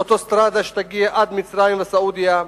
אוטוסטרדה שתגיע עד מצרים וסעודיה.